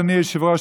אדוני היושב-ראש,